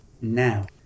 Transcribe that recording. now